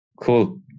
cool